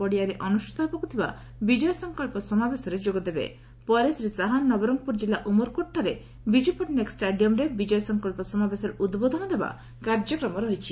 ପଡ଼ିଆରେ ଅନୁଷିତ ହେବାକୁ ଥିବା ବିଜୟ ସଙ୍ଙ୍ ସମାବେଶରେ ଯୋଗଦେବେ ପରେ ଶ୍ରୀ ଶାହା ନବରଙ୍ଙପୁର କିଲ୍ଲ ଉମରକୋଟଠାରେ ବିକୁ ପଟ୍ଟନାୟକ ଷ୍ଟାଡିୟମ୍ଠାରେ ବିଜୟ ସଙ୍ଙ ସମାବେଶରେ ଉଦ୍ବୋଧନ ଦେବା କାର୍ଯ୍ୟକ୍ରମ ରହିଛି